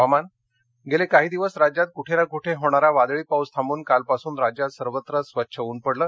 हवामान गेले काही दिवस राज्यात कुठे ना कुठे होणारा वादळी पाऊस थांबून कालपासून राज्यात सर्वत्र स्वच्छ ऊन पडलं